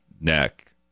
neck